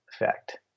effect